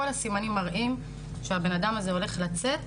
כל הסימנים מראים שהבן אדם הזה הולך לצאת